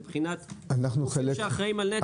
מבחינת גופים שאחראיים על נת"ע?